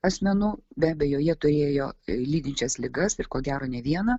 asmenų be abejo jie turėjo lydinčias ligas ir ko gero ne vieną